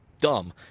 dumb